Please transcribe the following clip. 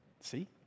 see